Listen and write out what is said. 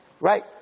right